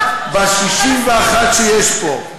ב-61 שיש פה.